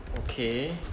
okay